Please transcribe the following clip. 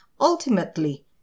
ultimately